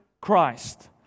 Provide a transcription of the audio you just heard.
Christ